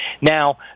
Now